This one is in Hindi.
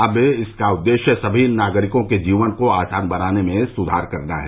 अब इसका उद्देश्य सभी नागरिकों के जीवन को आसान बनाने में सुधार करना है